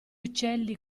uccelli